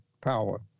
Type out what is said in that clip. power